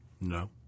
No